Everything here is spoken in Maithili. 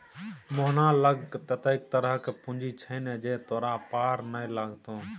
मोहना लग ततेक तरहक पूंजी छै ने जे तोरा पार नै लागतौ